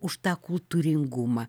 už tą kultūringumą